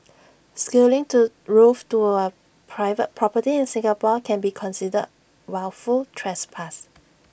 scaling to roof to A private property in Singapore can be considered wilful trespass